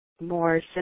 more